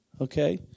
okay